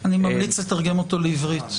אני ממליץ לתרגם אותו לעברית.